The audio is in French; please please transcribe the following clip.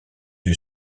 vue